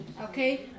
okay